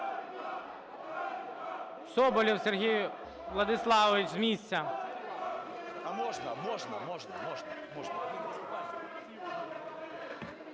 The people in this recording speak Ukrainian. Соболєв Сергій Владиславович, з місця.